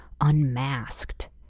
unmasked